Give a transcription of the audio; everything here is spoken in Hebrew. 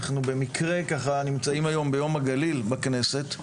במקרה אנחנו נמצאים ביום הגליל בכנסת.